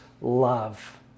love